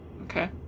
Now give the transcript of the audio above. Okay